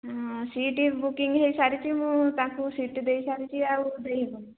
ହଁ seat booking ହୋଇସାରିଛି ମୁଁ ତାଙ୍କୁ ସିଟ୍ ଦେଇସାରିଛି ଆଉ ଦେଇ ହେବନି